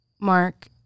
Mark